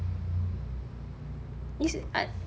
it's like